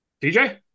DJ